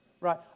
Right